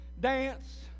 dance